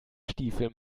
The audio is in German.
stiefel